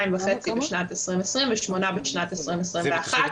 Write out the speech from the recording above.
2.5 מיליארד בשנת 2020 ושמונה מיליארד בשנת 2021. כאמור,